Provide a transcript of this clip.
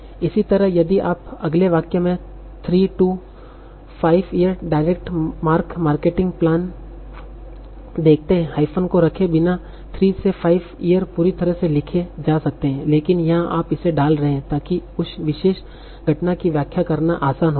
इसी तरह यदि आप अगले वाक्य में three two five year direct mark marketing plan देखते हैं हाइफ़न को रखे बिना थ्री से फाइव इयर पूरी तरह से लिखे जा सकते हैं लेकिन यहां आप इसे डाल रहे हैं ताकि उस विशेष घटना की व्याख्या करना आसान हो जाए